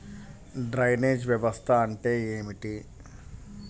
Drainage వ్యవస్థ అంటే ఏమిటి?